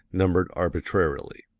numbered arbitrarily.